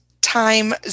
time